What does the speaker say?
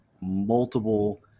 multiple